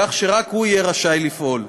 כך שרק הוא יהיה רשאי לפעול,